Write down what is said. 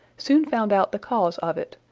soon found out the cause of it,